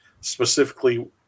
specifically